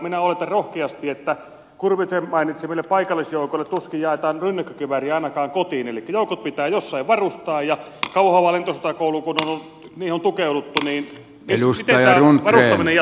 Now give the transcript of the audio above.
minä oletan rohkeasti että kurvisen mainitsemille paikallisjoukoille tuskin jaetaan rynnäkkökiväärejä ainakaan kotiin elikkä joukot pitää jossain varustaa ja kun on tukeuduttu kauhavan lentosotakouluun niin miten tämä varustaminen jatkuu